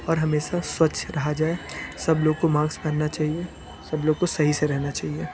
और हमेशा स्वच्छ रहा जाए सब लोग को मास्क पहनना चाहिए सब लोग को सही से रहना चाहिए